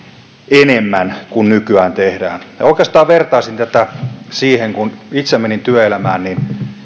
enemmän kuin nykyään tehdään oikeastaan vertaisin tätä siihen että kun itse menin työelämään niin